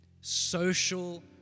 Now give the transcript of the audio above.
social